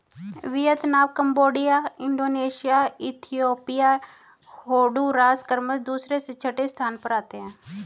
Vietnam Cambodia Indonesia Ethiopia Honduras क्रमशः दूसरे से छठे स्थान पर आते हैं